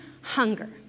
hunger